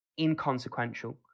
inconsequential